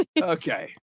okay